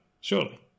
surely